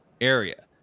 area